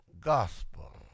gospel